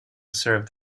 served